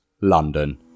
London